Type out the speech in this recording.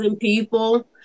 people